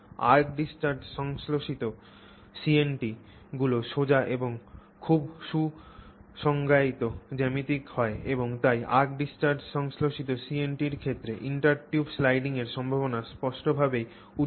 Arc discharged সংশ্লেষিত CNT গুলি সোজা এবং খুব সু সংজ্ঞায়িত জ্যামিতিক হয় এবং তাই Arc discharged সংশ্লেষিত CNT র ক্ষেত্রে ইন্টারটিউব স্লাইডিংয়ের সম্ভাবনা স্পষ্টভাবেই উজ্জ্বল